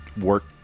work